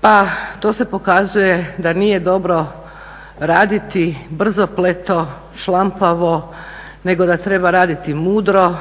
Pa tu se pokazuje da nije dobro raditi brzopleto, šlampavo nego da treba raditi mudro